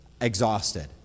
exhausted